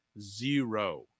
zero